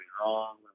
wrong